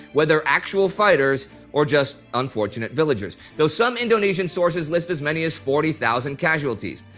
whether actual fighters or just unfortunate villagers, though some indonesian sources list as many as forty thousand casualties.